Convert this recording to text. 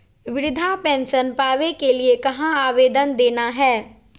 वृद्धा पेंसन पावे के लिए कहा आवेदन देना है?